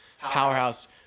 powerhouse